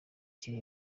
kiri